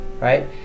right